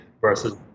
versus